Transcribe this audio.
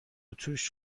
توش